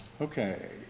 okay